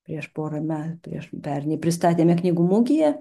prieš porą metų prieš pernai pristatėme knygų mugėje